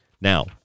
Now